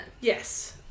Yes